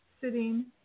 sitting